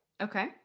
Okay